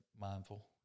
mindful